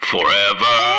Forever